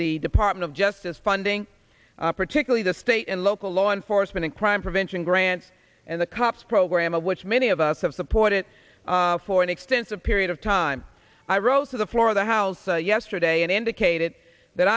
the department of justice funding particularly the state and local law enforcement crime prevention grants and the cops program of which many of us have supported for an extensive period of time i rose to the floor of the house yesterday and indicated that